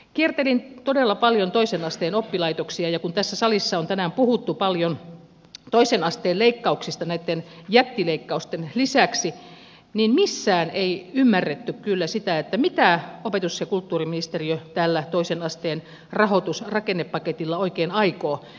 kiertelin todella paljon toisen asteen oppilaitoksia ja kun tässä salissa on tänään puhuttu paljon toisen asteen leikkauksista näitten jättileikkausten lisäksi niin missään ei ymmärretty kyllä sitä mitä opetus ja kulttuuriministeriö tällä toisen asteen rahoitus ja rakennepaketilla oikein aikoo